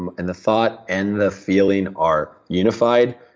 and and the thought and the feeling are unified,